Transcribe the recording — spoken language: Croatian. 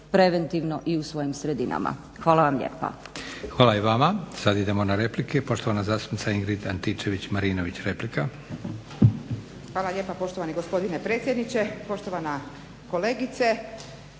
preventivno i u svojim sredinama. Hvala vam lijepa.